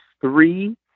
three